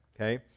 Okay